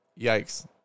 yikes